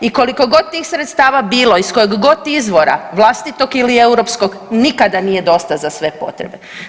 I kolikogod tih sredstava bilo iz kojegod izvora vlastitog ili europskog nikada nije dosta za sve potrebe.